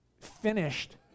finished